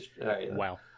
Wow